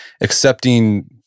accepting